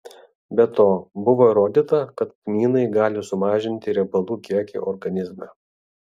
be to buvo įrodyta kad kmynai gali sumažinti riebalų kiekį organizme